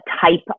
type